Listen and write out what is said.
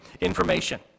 information